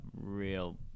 real